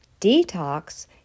Detox